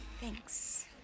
Thanks